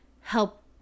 help